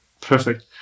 Perfect